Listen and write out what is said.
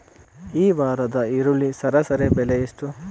ಈ ವಾರದ ಈರುಳ್ಳಿ ಸರಾಸರಿ ಬೆಲೆ ಎಷ್ಟು?